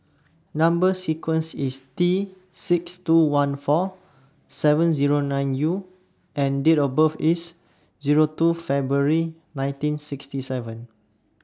Number sequence IS T six two one four seven Zero nine U and Date of birth IS Zero two February nineteen sixty seven